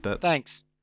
thanks